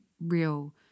real